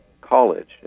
college